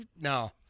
No